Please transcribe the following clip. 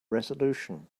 resolution